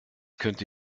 könnte